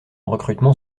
recrutement